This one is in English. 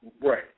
Right